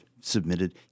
submitted